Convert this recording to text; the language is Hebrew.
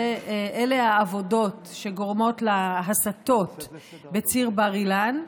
אלה העבודות שגורמות להסטות בציר בר אילן,